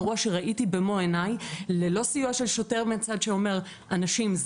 אירוע שראיתי במו עיניי ללא סיוע של שוטר מהצד שאומר: אנשים,